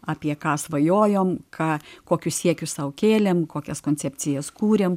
apie ką svajojom ką kokius siekius sau kėlėm kokias koncepcijas kūrėm